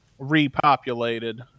repopulated